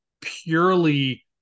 purely